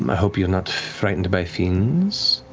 um hope you're not frightened by fiends?